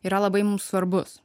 yra labai mums svarbus